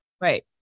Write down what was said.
Right